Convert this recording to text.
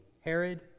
Herod